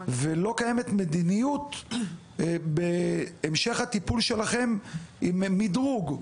ולא קיימת מדיניות בהמשך הטיפול שלכם עם מדרוג,